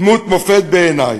דמות מופת בעיני.